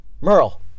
Merle